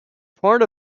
part